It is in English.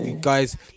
Guys